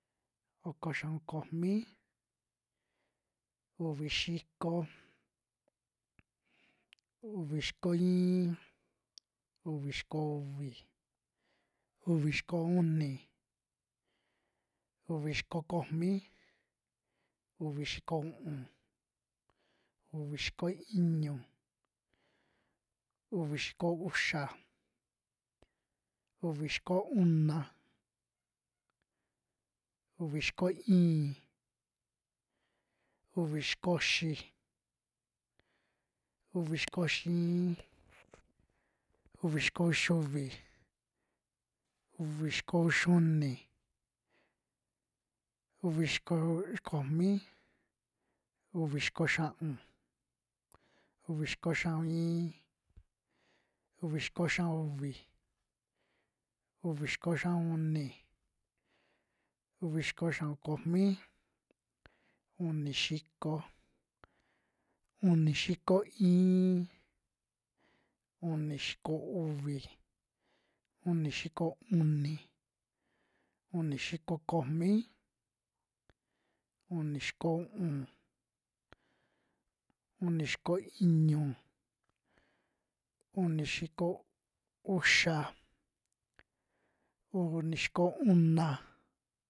Oko xia'un komi, uvi xiko, uvi xiko iin, uvi xiko uvi, uvi xiko uni, uvi xiko komi, uvi xiko u'un, uvi xiko iñu, uvi xiko uxa, uvi xiko una, uvi xiko i'in, uvi xiko uxi, uvi xiko uxi iin, uvi xiko ixi uvi, uvi xiko uxiuni, uvi xiko uxi komi, uvi xiko xia'un, uvi xiko xia'un iin, uvi xiko xia'un uvi, uvi xiko xia'un uni, uvi xiko xia'un komi, uni xiko, uni xiko iin, uni xiko uvi, uni xiko uni, uni xiko komi, uni xiko u'un, un ixiko iñu, uni xiko uxa. uni xiko una.